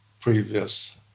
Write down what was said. previous